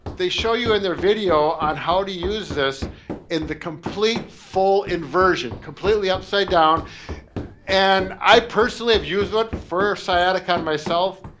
they show you in their video, on how to use this in the complete full inversion, completely upside down and i, personally, have used one, for sciatic on myself,